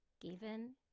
given